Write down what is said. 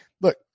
look